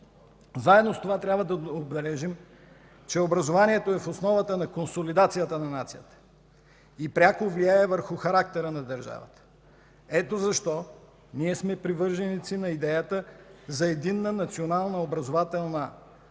Заедно с това трябва да отбележим, че образованието е в основата на консолидацията на нацията и пряко влияе върху характера на държавата. Ето защо ние сме привърженици на идеята за единна национална образователна система,